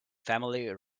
family